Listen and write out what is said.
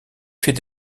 fait